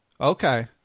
Okay